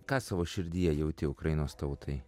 ką savo širdyje jauti ukrainos tautai